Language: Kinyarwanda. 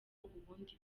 ubundi